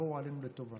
שיבואו עלינו לטובה.